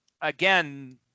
again